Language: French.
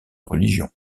religion